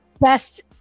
best